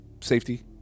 safety